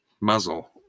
muzzle